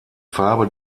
farbe